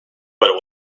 but